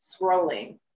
scrolling